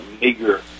meager